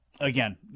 Again